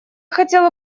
хотела